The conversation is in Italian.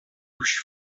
uscì